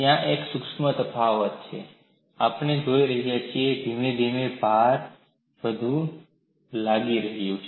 ત્યાં એક સૂક્ષ્મ તફાવત છે આપણે જોઈ રહ્યા છીએ કે ધીમે ધીમે ભારણ લાગુ થાય છે